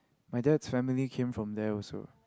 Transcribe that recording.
my dad's family came from there also